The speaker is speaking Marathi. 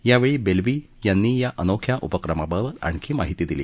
यावेळी बेल्वी यांनी या अनोख्या उपक्रमाबाबत आणखी माहिती दिली